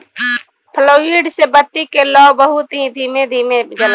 fluid से बत्ती के लौं बहुत ही धीमे धीमे जलता